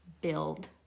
build